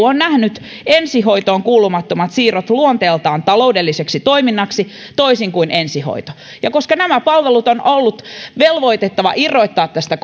on nähnyt ensihoitoon kuulumattomat siirrot luonteeltaan taloudelliseksi toiminnaksi toisin kuin ensihoito ja koska nämä palvelut on ollut velvoitettava irrotettavaksi tästä